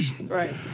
Right